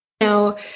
Now